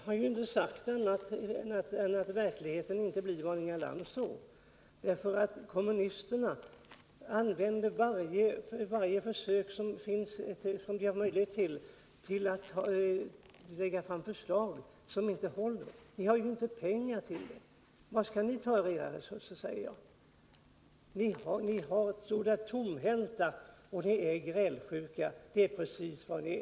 Herr talman! Jag har inte sagt annat än att verkligheten inte blir vad Inga Lantz tror. Kommunisterna använder varje tillfälle att försöka lägga fram förslag som inte håller. Ni har inte pengar till dem. Var skall ni ta resurserna? Ni står där tomhänta, och ni är grälsjuka. Det är precis vad ni är.